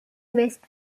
west